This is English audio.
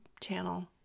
channel